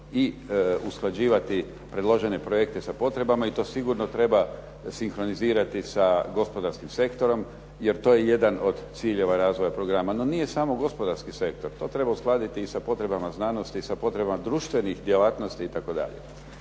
usklađivati predložene projekte sa potrebama i to sigurno treba sinkronizirati sa gospodarskih sektorom, jer to je jedan od ciljeva razvoja programa. No nije samo gospodarski sektor, to treba uskladiti i sa potrebama znanosti i sa potrebama društvenih djelatnosti itd.